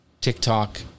TikTok